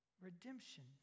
redemption